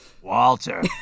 walter